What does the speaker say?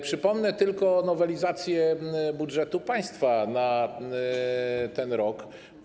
Przypomnę tylko nowelizację budżetu państwa na ten rok.